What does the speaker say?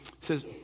says